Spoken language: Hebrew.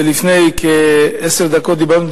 ולפני כעשר דקות דיברנו,